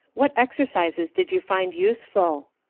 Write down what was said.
what exercises did you find useful?